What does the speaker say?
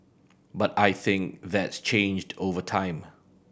but I think that's changed over time